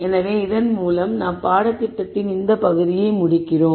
எனவே இதன் மூலம் நாம் பாடத்தின் இந்த பகுதியை முடிக்கிறோம்